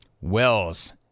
Wells